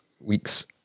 week's